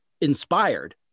inspired